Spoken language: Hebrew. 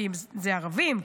כי אלה ערבים,